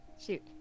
Shoot